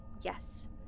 yes